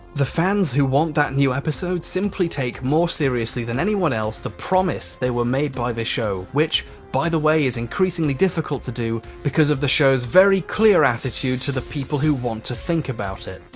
the fans who want that new episode simply take more seriously than anyone else the promise they were made by the show. which, by the way, is increasingly difficult to do because of the show's very clear attitude to the people who want to think about it.